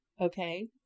okay